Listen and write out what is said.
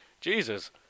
Jesus